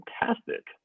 fantastic